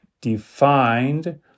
defined